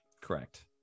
Correct